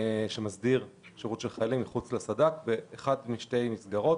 שמסדיר שירות של חיילים מחוץ לסד"כ באחת משתי מסגרות